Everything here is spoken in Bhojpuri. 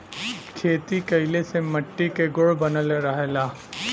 खेती कइले से मट्टी के गुण बनल रहला